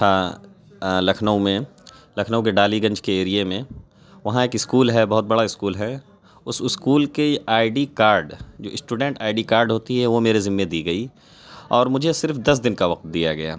تھا لکھنؤ میں لکھنؤ کے ڈالی گنج کے ایریے میں وہاں ایک اسکول ہے بہت بڑا اسکول ہے اس اسکول کی آئی ڈی کارڈ جو اسٹوڈنٹ آئی ڈی کارڈ ہوتی ہے وہ میرے ذمہ دی گئی اور مجھے صرف دس دن کا وقت دیا گیا